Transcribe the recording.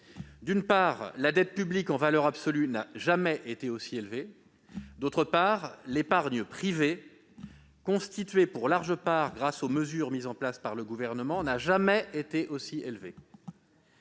d'une part, la dette publique, en valeur absolue, n'a jamais été aussi élevée ; d'autre part, l'épargne privée, constituée pour une large part grâce aux mesures mises en place par le Gouvernement, n'a jamais été aussi